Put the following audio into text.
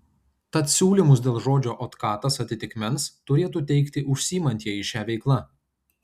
tad siūlymus dėl žodžio otkatas atitikmens turėtų teikti užsiimantieji šia veikla